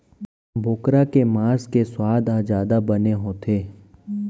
बोकरा के मांस के सुवाद ह जादा बने होथे